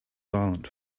silent